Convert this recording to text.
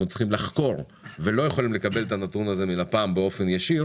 צריכים לחקור ולא יכולים לקבל את הנתון הזה מלפ"מ באופן ישיר